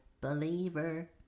Believer